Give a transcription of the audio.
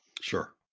sure